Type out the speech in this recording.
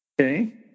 Okay